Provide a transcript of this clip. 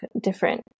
different